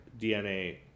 DNA